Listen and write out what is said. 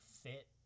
fit